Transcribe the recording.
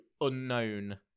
unknown